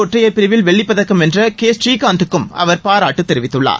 ஒற்றையர் பிரிவில் வெள்ளிப்பதக்கம் வென்ற கே ஸ்ரீகாந்த்க்கும் அவர் பாராட்டு ஆடவர் தெரிவித்துள்ளார்